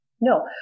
No